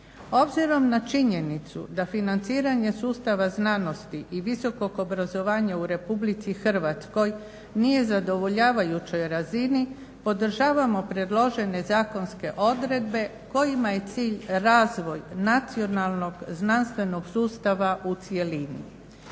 Obzirom na činjenicu da financiranje sustava znanosti i visokog obrazovanja u Republici Hrvatskoj nije zadovoljavajućoj razini podržavamo predložene zakonske odredbe kojima je cilj razvoj nacionalnog znanstvenog sustava u cjelini.